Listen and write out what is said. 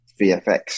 VFX